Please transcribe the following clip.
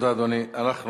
אדוני, תודה.